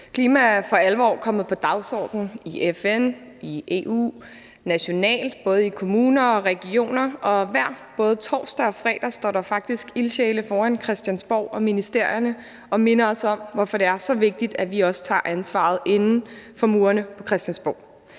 Klimaet er for alvor på dagsordenen i FN, EU og nationalt både i kommuner og regioner, og hver torsdag og fredag står der faktisk ildsjæle foran Christiansborg og ministerierne og minder os om, hvorfor det er så vigtigt, at vi også tager ansvaret inden for murene på Christiansborg.